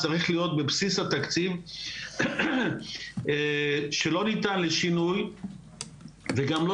צריך להיות בבסיס התקציב שלא ניתן לשינוי וגם לא